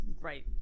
right